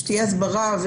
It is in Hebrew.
שתהיה הסברה.